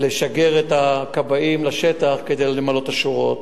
לשגר את הכבאים לשטח, כדי למלא את השורות.